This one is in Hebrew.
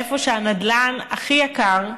איפה שהנדל"ן הכי יקר,